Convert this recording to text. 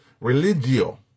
religio